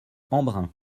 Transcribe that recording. embrun